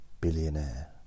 billionaire